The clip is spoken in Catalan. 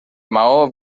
maó